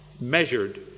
measured